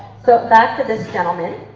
so back to this gentleman.